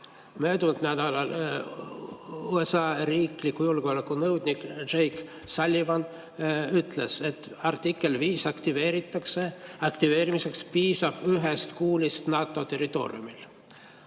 Möödunud nädalal USA riikliku julgeoleku nõunik Jake Sullivan ütles, et artikli 5 aktiveerimiseks piisab ühest kuulist NATO territooriumil.